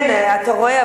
כן, אתה רואה?